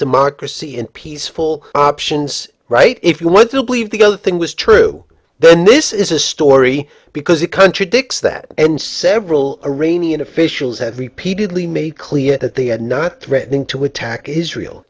democracy and peaceful options right if you want to believe the other thing was true then this is a story because it contradicts that and several a rainy and officials have repeatedly made clear that they had not threatening to attack israel